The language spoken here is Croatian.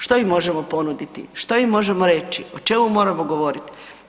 Što im možemo ponuditi, što im možemo reći, o čemu moramo govoriti?